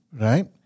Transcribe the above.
Right